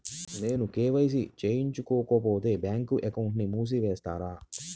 నేను కే.వై.సి చేయించుకోకపోతే బ్యాంక్ అకౌంట్ను మూసివేస్తారా?